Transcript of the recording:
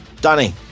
Danny